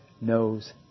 knows